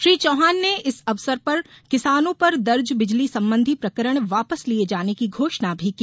श्री चौहान ने इस अवसर पर किसानों पर दर्ज बिजली संबंधी प्रकरण वापस लिये जाने की घोषणा भी की